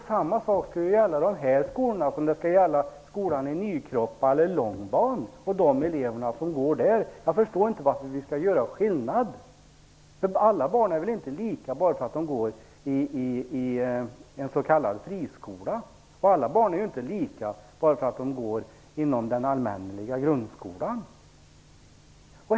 Samma sak skall gälla dessa skolor som skall gälla för skolan i Nykroppa eller Långban och de elever som går där. Jag förstår inte varför vi skall göra en skillnad. Alla barn är väl inte lika bara för att de går i en s.k. friskola. Och alla barn är inte lika bara för att de går inom den allmänneliga grundskolan.